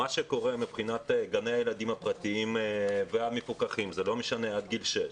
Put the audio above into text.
מה שקורה מבחינת גני הילדים הפרטיים והמפוקחים עד גיל שש,